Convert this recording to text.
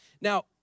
Now